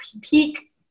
peak